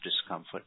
discomfort